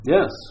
Yes